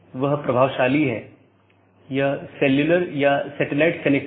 और यह मूल रूप से इन पथ विशेषताओं को लेता है